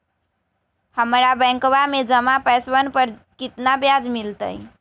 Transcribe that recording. हम्मरा बैंकवा में जमा पैसवन पर कितना ब्याज मिलतय?